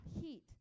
heat